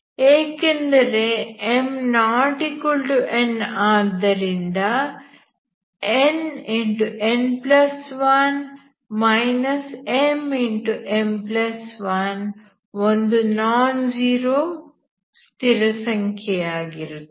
ಏಕೆಂದರೆ m≠n ಆದ್ದರಿಂದ nn1 mm1 ಒಂದು ನಾನ್ ಝೀರೋ ಸ್ಥಿರಸಂಖ್ಯೆ ಆಗಿರುತ್ತದೆ